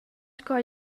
sco